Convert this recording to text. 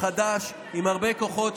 חדש, עם הרבה כוחות.